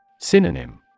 Synonym